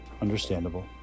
understandable